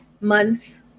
month